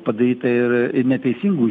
padaryta ir neteisingų